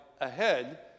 ahead